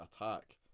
attack